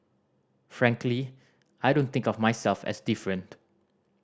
frankly I don't think of myself as different